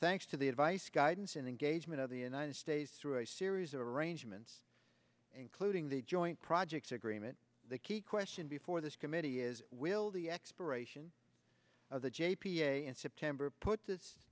thanks to the advice guidance and engagement of the united states through a series arrangements including the joint projects agreement the key question before this committee is will the spiration of the j p a in september put